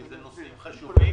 כי אלה נושאים חשובים.